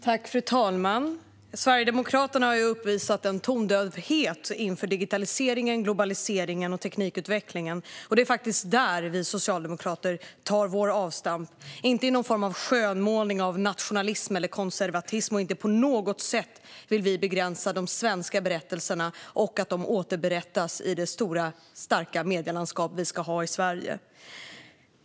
Fru talman! Sverigedemokraterna har uppvisat en tondövhet inför digitaliseringen, globaliseringen och teknikutvecklingen. Det är faktiskt där vi socialdemokrater gör vårt avstamp, inte i någon form av skönmålning av nationalism eller konservatism. Vi vill inte på något sätt begränsa de svenska berättelserna och hindra att de skildras i det stora starka medielandskap som vi ska ha i Sverige.